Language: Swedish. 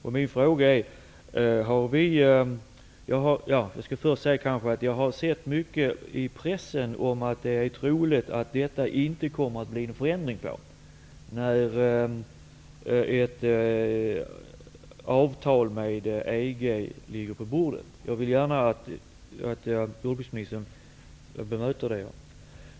Jag har i pressen sett mycket om att det är troligt att detta förhållande inte kommer att förändras när ett avtal med EG ligger på bordet. Jag vill gärna att jordbruksministern bemöter det.